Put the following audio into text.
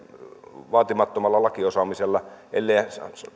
vaatimattomalla lakiosaamisella pärjää ellei